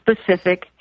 specific